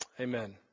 Amen